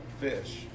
Fish